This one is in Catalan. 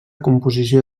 composició